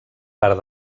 part